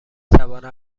توانم